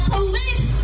police